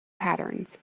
patterns